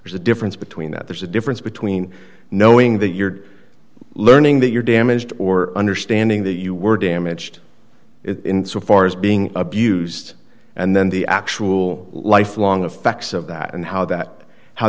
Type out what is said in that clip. there's a difference between that there's a difference between knowing that you're learning that you're damaged or understanding that you were damaged in so far as being abused and then the actual lifelong effects of that and how that how